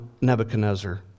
Nebuchadnezzar